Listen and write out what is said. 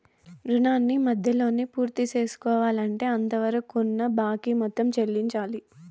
రుణాన్ని మధ్యలోనే పూర్తిసేసుకోవాలంటే అంతవరకున్న బాకీ మొత్తం చెల్లించాలి